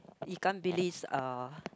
ikan-bilis uh